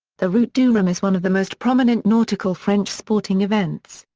the route du rhum is one of the most prominent nautical french sporting events,